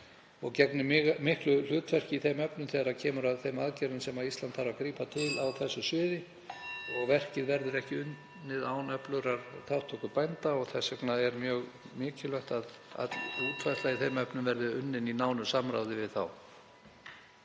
og gegnir miklu hlutverki þegar kemur að þeim aðgerðum sem Ísland þarf að grípa til á þessu sviði. Verkið verður ekki unnið án öflugrar þátttöku bænda. Þess vegna er mjög mikilvægt að öll útfærsla í þeim efnum verði unnin í nánu samráði við þá.